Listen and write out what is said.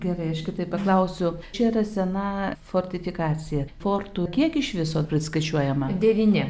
gerai aš kitaip paklausiu čia yra sena fortifikacija fortų kiek iš viso priskaičiuojama devyni